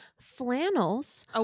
flannels